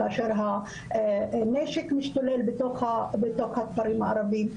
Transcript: כאשר הנשק משתולל בתוך הכפרים הערבים.